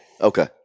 Okay